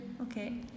Okay